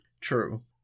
True